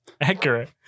Accurate